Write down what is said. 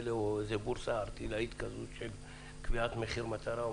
בבורסה ערטילאית של קביעת מחיר מטרה.